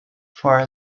for